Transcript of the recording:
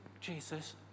Jesus